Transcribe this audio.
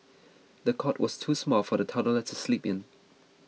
the cot was too small for the toddler to sleep in